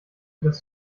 dass